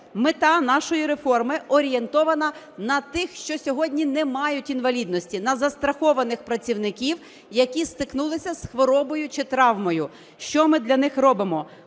Мета нашої реформи орієнтована на тих, що сьогодні не мають інвалідності, на застрахованих працівників, які стикнулися з хворобою чи травмою. Що ми для них робимо?